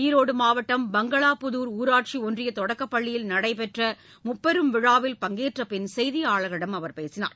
ஈரோடு மாவட்டம் பங்களாபுதார் ஊராட்சி ஒன்றிய தொடக்கப்பள்ளியில் நடைபெற்ற முப்பெரும் விழாவில் பங்கேற்ற பின் செய்தியாளர்களிடம் அவர் பேசினார்